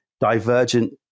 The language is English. divergent